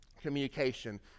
communication